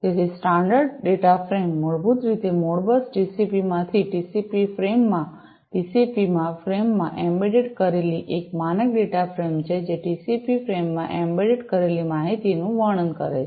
તેથી standard data frame મૂળભૂત રીતે મોડબસ ટીસીપી માંથી ટીસીપી ફ્રેમ માં ટીસીપી ફ્રેમમાં એમ્બેડ કરેલી એક માનક ડેટા ફ્રેમ છે જે ટીસીપી ફ્રેમમાં એમ્બેડ કરેલી માહિતીનું વહન કરે છે